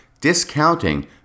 discounting